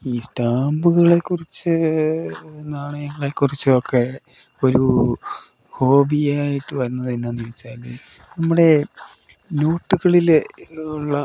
ഈ സ്റ്റാമ്പുകളെ കുറിച്ച് നാണയങ്ങളെ കുറിച്ചുവൊക്കെ ഒരു ഹോബിയായിട്ട് വന്നതെന്നാന്ന് ചോദിച്ചാൽ നമ്മുടെ നോട്ടുകളിൽ ഉള്ള